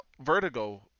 vertigo